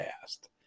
past